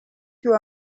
you